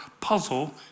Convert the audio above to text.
puzzle